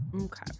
Okay